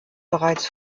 bereits